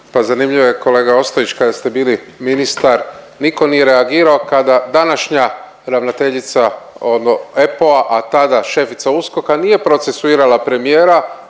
Pa zanimljivo je, kolega Ostojić, kada ste bili ministar, nitko nije reagirao kada današnja ravnateljica .../nerazumljivo/... EPPO-a, a tada šefica USKOK-a nije procesuirala premijera,